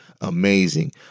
amazing